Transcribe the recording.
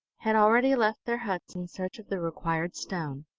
had already left their huts in search of the required stone.